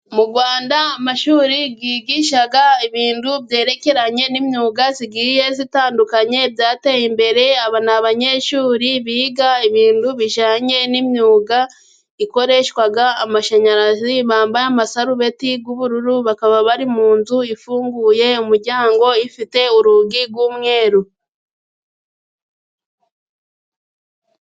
Mu Rwanda amashuri yigisha ibintu byerekeranye n'imyuga igiye itandukanye, byateye imbere ni abanyeshuri biga ibintu bijyanye n'imyuga ikoreshwa amashanyarazi, bambaye amasarubeti y'ubururu bakaba bari mu nzu ifunguye umuryango ifite urugi rw'umweru.